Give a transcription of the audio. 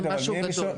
זה משהו גדול.